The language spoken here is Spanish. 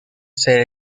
ser